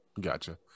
Gotcha